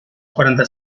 quaranta